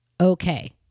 okay